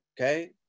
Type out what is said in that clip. okay